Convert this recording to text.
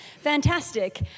fantastic